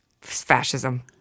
fascism